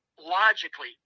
logically